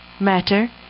matter